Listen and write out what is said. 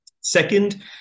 Second